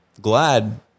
glad